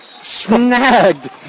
snagged